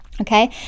Okay